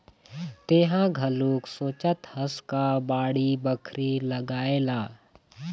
तेंहा घलोक सोचत हस का बाड़ी बखरी लगाए ला?